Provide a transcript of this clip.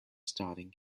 starting